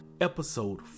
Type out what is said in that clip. episode